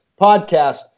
podcast